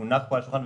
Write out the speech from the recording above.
הונח פה על השולחן,